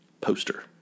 poster